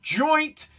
joint